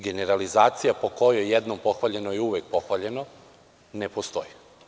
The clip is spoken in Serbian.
Generalizacija po kojoj je jedno pohvaljeno uvek pohvaljeno, ne postoji.